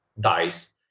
dice